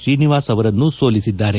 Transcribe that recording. ಶ್ರೀನಿವಾಸ್ ಅವರನ್ನು ಸೋಲಿಸಿದ್ದಾರೆ